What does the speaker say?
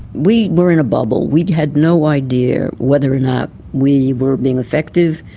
we were in a bubble, we had no idea whether or not we were being effective,